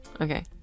Okay